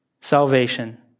salvation